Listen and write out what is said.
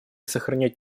сохранять